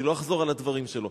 ואני לא אחזור על הדברים שלו?